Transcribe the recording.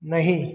नहीं